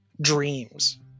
dreams